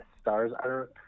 stars